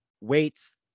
weights